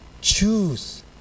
choose